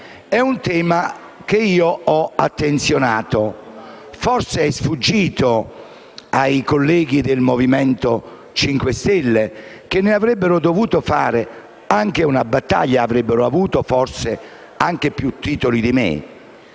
è un tema che ho attenzionato; forse è sfuggito ai colleghi del Movimento 5 Stelle, che ne avrebbero dovuto fare una battaglia e forse ne avrebbero avuto anche più titolo di me.